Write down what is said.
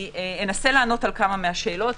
אנסה לענות על כמה מהשאלות.